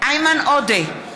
איימן עודה,